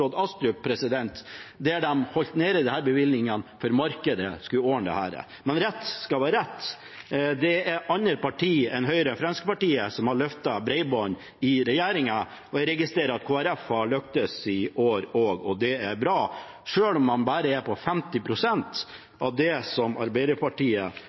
Astrup – der de holdt disse bevilgningene nede fordi markedet skulle ordne dette. Men rett skal være rett, det er andre partier enn Høyre og Fremskrittspartiet som har løftet bredbånd i regjeringen, og jeg registrerer at Kristelig Folkeparti har lyktes i år også. Det er bra, selv om man bare er på 50